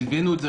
הבאנו את זה,